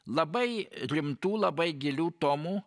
labai rimtų labai gilių tomų